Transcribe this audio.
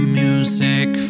music